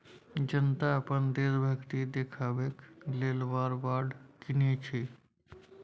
जनता अपन देशभक्ति देखेबाक लेल वॉर बॉड कीनय छै